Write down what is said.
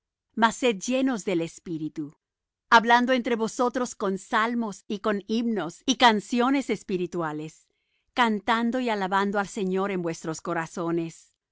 disolución mas sed llenos de espíritu hablando entre vosotros con salmos y con himnos y canciones espirituales cantando y alabando al señor en vuestros corazones